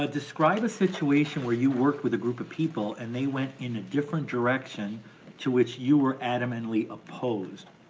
ah describe a situation where you work with a group of people and they went in a different direction to which you were adamantly opposed.